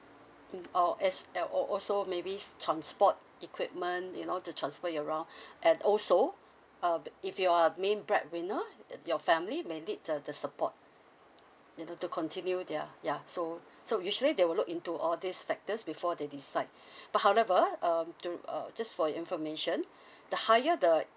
mm or as or also maybe transport equipment you know to transport you around and also uh if you're a main breadwinner uh your family may need the the support you know to continue their ya so so usually they will look into all these factors before they decide but however um do uh just for your information the higher the